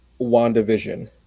WandaVision